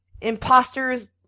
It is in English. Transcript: imposters